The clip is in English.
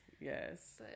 yes